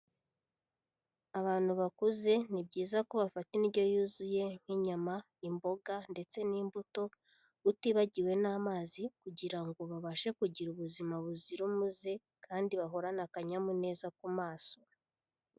Abantu bakuze, ni byiza ko bafata indyo yuzuye nk'inyama, imboga ndetse n'imbuto, utibagiwe n'amazi kugira ngo babashe kugira ubuzima buzira umuze kandi bahoranae akanyamuneza ku maso.